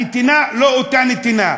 הנתינה היא לא אותה נתינה.